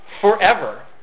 Forever